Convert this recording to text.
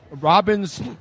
Robin's